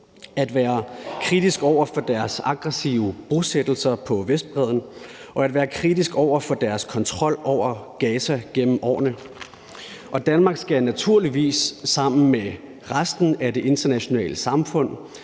at være kritisk over for deres aggressive bosættelser på Vestbredden og at være kritisk over for deres kontrol over Gaza gennem årene. Og Danmark skal naturligvis sammen med resten af det internationale samfund